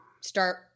start